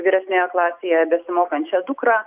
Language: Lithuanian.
vyresnėje klasėje besimokančią dukrą